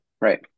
right